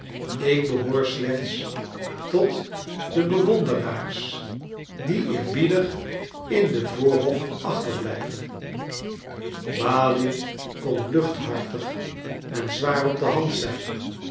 ik behoor slechts tot de bewonderaars die eerbiedig in den voorhof achterblijven balie kon luchthartig en zwaarop de hand zijn